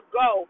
go